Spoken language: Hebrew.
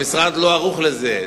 המשרד לא ערוך לזה.